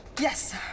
Yes